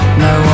no